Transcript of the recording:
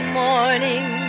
morning